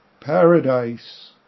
Paradise